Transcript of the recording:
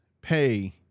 pay